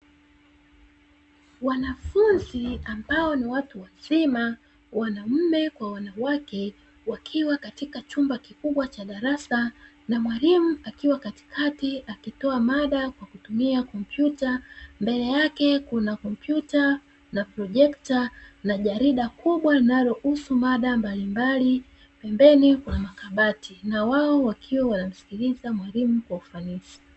Wanafunzi ambao ni watu wazima wanaume kwa wanawake wakiwa katika chumba kikubwa cha darasa na mwalimu akiwa katikati akitoa mada kwa kutumia kompyuta, mbele yake kuna kompyuta na projekta na jarida kubwa linalohusu mada mbalimbali pembeni kuna makabati, na wao wakiwa wanamsikiliza mwalimu kwa ufanisi.